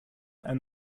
and